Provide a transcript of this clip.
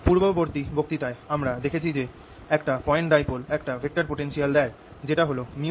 পূর্ববর্তী বক্তৃতায় আমরা দেখেছি যে একটা পয়েন্ট ডাইপোল একটা ভেক্টর পোটেনশিয়াল দেয় যেটা হল µ04π